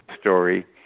story